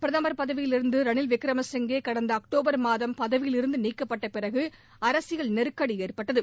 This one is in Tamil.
பிரதம் பதவியிலிருந்து திரு ரணில் விக்ரம சிங்கே கடந்த அக்டோபர் மாதம் பதவியிலிருந்து நீக்கப்பட்ட பிறகு அரசியல் நெருக்கடி ஏற்பட்டது